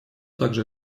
также